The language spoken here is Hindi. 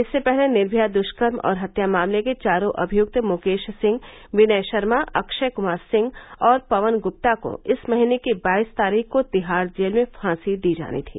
इससे पहले निर्भया दुष्कर्म और हत्या मामले के चारों अभियुक्त मुकेश सिंह विनय शर्मा अक्षय कुमार सिंह और पवन गुप्ता को इस महीने की बाइस तारीख को तिहाड़ जेल में फांसी दी जानी थी